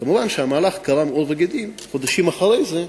כמובן, המהלך קרם עור וגידים חודשים אחרי זה.